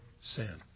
sin